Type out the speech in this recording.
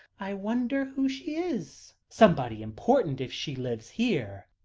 i wonder who she is. somebody important, if she lives here.